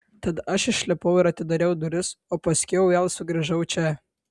tad aš išlipau ir atidariau duris o paskiau vėl sugrįžau čia